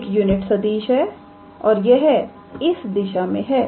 तो𝑏̂ एक यूनिट सदिश है और यह इस दिशा में है